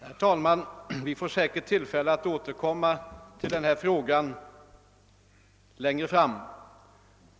Herr talman! Vi får säkerligen tillfälle att återkomma till denna fråga längre fram.